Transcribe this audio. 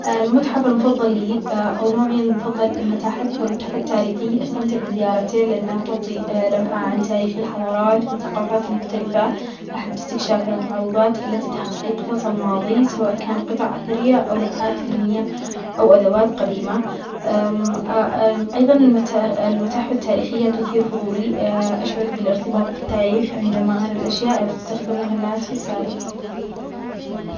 أ المتحف المظل لى أو نوعي المفظل للمتاحف هو المتحف التاريخي لأنها تعطي لمحة تاريخ الحضارات والثقافات المختلفة، أحب أستكشف المعروظات التى تحكى قصص الماظى سواء كان قطع أثرية أو لوحات فنية أو أدوات قديمة، أيظا المتا-المتاحف التاريخية تثير فضولى أشعر بالإرتباط بالتاريخ عندما أرى الأشياء الأستخدموها الناس في السابق.